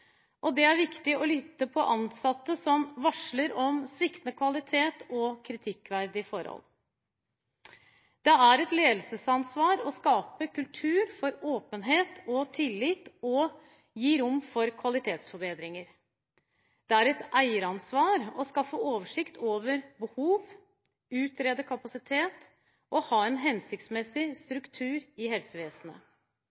Det er viktig å lytte til ansatte som varsler om sviktende kvalitet og kritikkverdige forhold. Det er et ledelsesansvar å skape kultur for åpenhet og tillit, og gi rom for kvalitetsforbedringer. Det er et eieransvar å skaffe oversikt over behov, utrede kapasitet og ha en hensiktsmessig